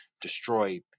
destroy